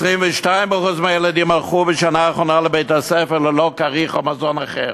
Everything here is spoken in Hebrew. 22% מהילדים הלכו בשנה האחרונה לבית-הספר ללא כריך או מזון אחר.